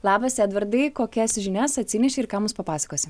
labas edvardai kokias žinias atsinešei ir ką mums papasakosi